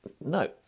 No